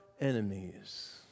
enemies